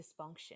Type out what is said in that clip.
dysfunction